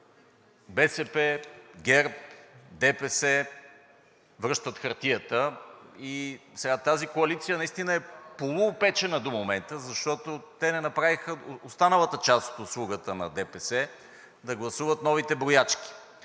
БСП, ГЕРБ, ДПС връщат хартията и сега тази коалиция наистина е полуопечена до момента, защото те не направиха останалата част от услугата на ДПС – да гласуват новите броячки.